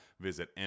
Visit